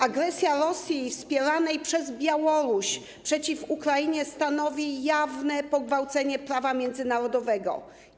Agresja Rosji wspieranej przez Białoruś przeciw Ukrainie stanowi jawne pogwałcenie prawa międzynarodowego.